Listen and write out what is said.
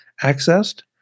accessed